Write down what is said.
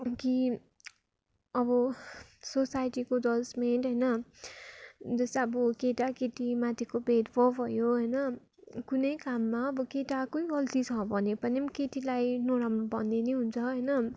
कि अब सोसाइटीको जज्मेन्ट होइन जस्तो आबो केटा केटी माथिको भेदभाव भयो होइ न कुनै काममा अब केटाकै गल्ती छ भने पनि केटीलाई नराम्रो भन्ने नै हुन्छ होइन